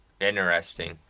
Interesting